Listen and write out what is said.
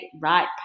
right